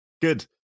Good